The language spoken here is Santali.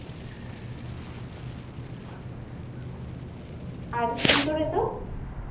ᱟᱨ ᱛᱤ ᱠᱚᱨᱮ ᱫᱚ